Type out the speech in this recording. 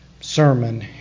sermon